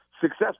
success